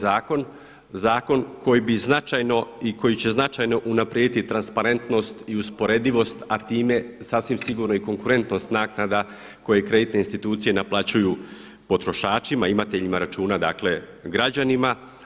Zakon koji bi značajno i koji će značajno unaprijediti transparentnost i usporedivost, a time sasvim sigurno i konkurentnost naknada koje kreditne institucije naplaćuju potrošačima, imateljima računa dakle građanima.